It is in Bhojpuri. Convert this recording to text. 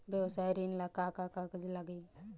व्यवसाय ऋण ला का का कागज लागी?